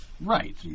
Right